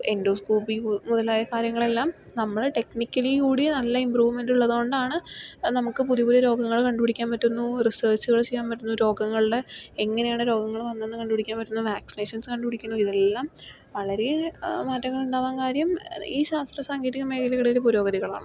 endoscopy മുതലായ കാര്യങ്ങളെല്ലാം നമ്മള് ടെക്നിക്കലീ കൂടി നല്ല ഇമ്പ്രൂവ്മെൻറ്റ് ഉള്ളത് കൊണ്ടാണ് നമുക്ക് പുതിയ പുതിയ രോഗങ്ങള് കണ്ട പിടിക്കാൻ പറ്റുന്നു റിസേർച്ചുകള് ചെയ്യാൻ പറ്റുന്നു രോഗങ്ങളുടെ എങ്ങനെയാണ് രോഗങ്ങള് വന്നേന്ന് കണ്ട് പിടിക്കാൻ പറ്റുന്നു വാക്സിനേഷൻസ് കണ്ട് പിടിക്കുന്നു ഇതെല്ലാം വളരേ മാറ്റങ്ങളുണ്ടാകാൻ കാര്യം ഈ ശാസ്ത്രസാങ്കേതികമേഖലകളിലെ പുരോഗതികളാണ്